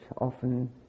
often